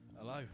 Hello